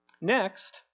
Next